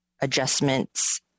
adjustments